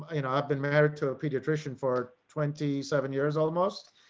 you know, i've been married to a pediatrician for twenty seven years almost.